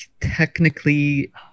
technically